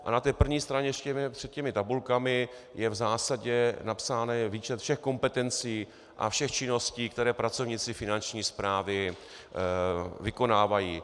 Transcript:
A na první straně ještě před těmi tabulkami je v zásadě napsán výčet všech kompetencí a všech činností, které pracovníci Finanční správy vykonávají.